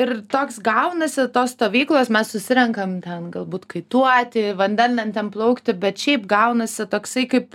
ir toks gaunasi tos stovyklos mes susirenkam ten galbūt kai tuo atveju vandenlentėm plaukti bet šiaip gaunasi toksai kaip